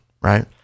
right